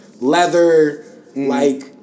leather-like